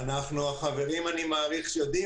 אני מעריך שהחברים יודעים.